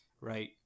Right